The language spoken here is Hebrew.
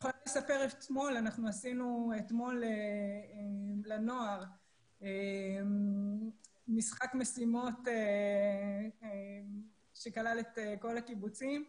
אתמול עשינו לנוער משחק משימות שכלל את כל הקיבוצים,